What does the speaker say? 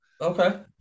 Okay